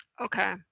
Okay